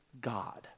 God